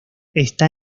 está